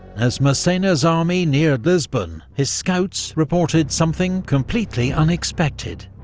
as massena's army neared lisbon, his scouts reported something completely unexpected